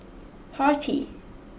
Horti